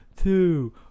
two